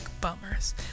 bummers